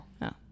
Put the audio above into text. no